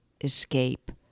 escape